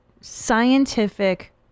scientific